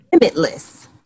Limitless